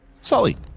Sully